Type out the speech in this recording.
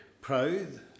proud